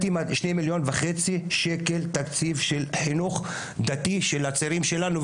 2.5 מיליון תקציב שנתי של חינוך דתי של הצעירים שלנו,